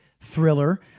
thriller